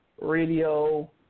Radio